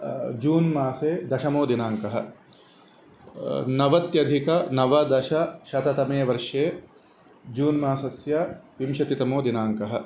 जून् मासे दशमो दिनाङ्कः नवत्यधिक नवदशशततमे वर्षे जून् मासस्य विंशतितमो दिनाङ्कः